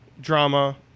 Drama